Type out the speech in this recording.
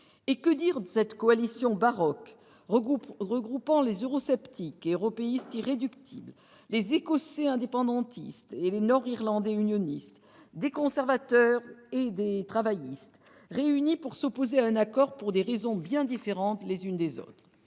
Et que dire de cette coalition baroque regroupant les eurosceptiques et européistes irréductibles, les Écossais indépendantistes et les Nord-Irlandais unionistes, des conservateurs et des travaillistes, réunis pour s'opposer à un accord pour des raisons bien différentes les unes des autres ?